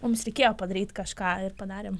mums reikėjo padaryti kažką ir padarėm